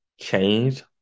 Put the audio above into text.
change